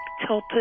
tilted